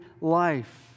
life